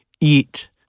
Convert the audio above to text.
eat